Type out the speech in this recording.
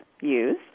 use